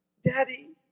Daddy